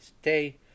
stay